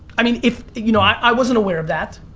i mean, if you know i wasn't aware of that,